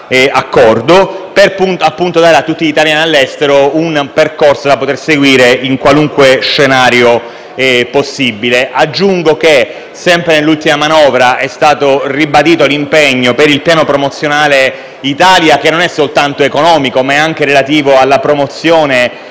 per fornire a tutti gli italiani all'estero un percorso da seguire qualunque sia lo scenario. Aggiungo che, sempre nell'ultima manovra, è stato ribadito l'impegno per il piano promozionale a favore dell'Italia, che non è soltanto economico, ma anche relativo alla promozione